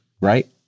Right